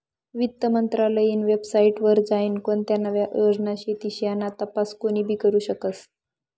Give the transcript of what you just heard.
वित्त मंत्रालयनी वेबसाईट वर जाईन कोणत्या नव्या योजना शेतीस याना तपास कोनीबी करु शकस